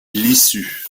l’issue